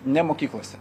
ne mokyklose